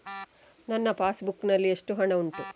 ನನ್ನ passbook ನಲ್ಲಿ ಎಷ್ಟು ಹಣ ಉಂಟು?